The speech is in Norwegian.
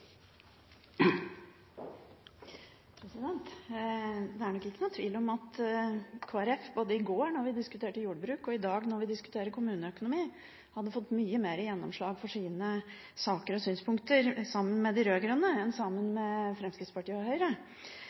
Det er ingen tvil om at Kristelig Folkeparti både i går da vi diskuterte jordbruk, og i dag når vi diskuterer kommuneøkonomi, hadde fått mye mer gjennomslag for sine saker og synspunkter sammen med de rød-grønne enn sammen med Fremskrittspartiet og Høyre.